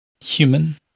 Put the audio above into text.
Human